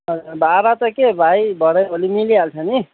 भाडा त के भाइ भरे भोलि मिलिहाल्छ नि